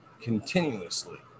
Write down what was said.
continuously